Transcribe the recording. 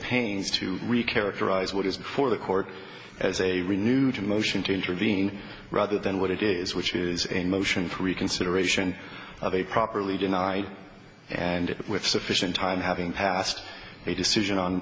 pains to we characterize what is before the court as a renewed motion to intervene rather than what it is which is a motion for reconsideration of a properly deny and with sufficient time having passed a decision on